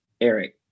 Eric